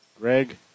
Greg